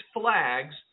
flags